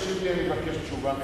כשאתה משיב לי, אני מבקש תשובה מלאה.